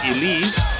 Elise